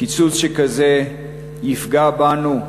קיצוץ שכזה יפגע בנו,